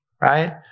Right